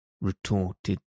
retorted